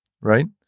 right